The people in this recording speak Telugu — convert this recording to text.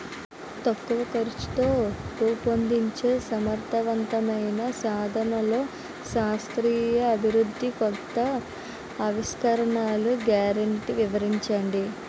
తక్కువ ఖర్చుతో రూపొందించే సమర్థవంతమైన సాధనాల్లో శాస్త్రీయ అభివృద్ధి కొత్త ఆవిష్కరణలు గ్యారంటీ వివరించండి?